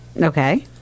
Okay